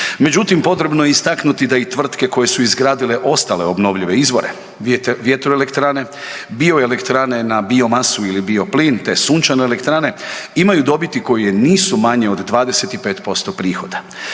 Međutim, potrebno je istaknuti da i tvrtke koje su izgradile ostale obnovljive izvore, vjetroelektrane, bioelektrane na biomasu ili bioplin te sunčane elektrane imaju dobiti koje nisu manje od 25% prihoda.